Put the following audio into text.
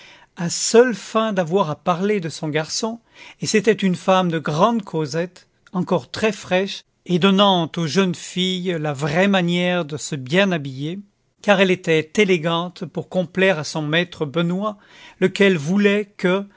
à seules fins d'avoir à parler de son garçon et c'était une femme de grande causette encore très fraîche et donnant aux jeunes filles la vraie manière de se bien habiller car elle était élégante pour complaire à son maître benoît lequel voulait que